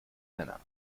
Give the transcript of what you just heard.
männer